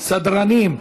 סדרנים,